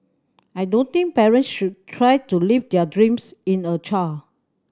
I don't think parents should try to live their dreams in a child